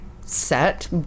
set